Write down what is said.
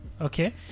Okay